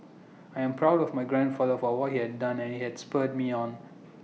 I am proud of my grandfather for what he has done and IT has spurred me on